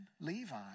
Levi